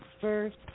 First